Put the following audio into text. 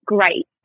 Great